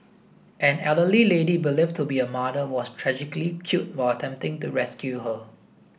an elderly lady believed to be her mother was tragically killed while attempting to rescue her